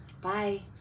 Bye